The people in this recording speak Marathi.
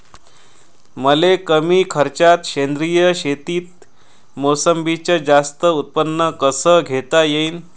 मले कमी खर्चात सेंद्रीय शेतीत मोसंबीचं जास्त उत्पन्न कस घेता येईन?